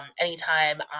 Anytime